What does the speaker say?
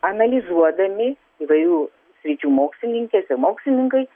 analizuodami įvairių sričių mokslininkės ir mokslininkai